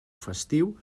festiu